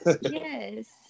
Yes